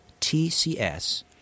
TCS